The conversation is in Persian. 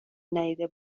ندیده